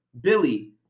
billy